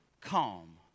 calm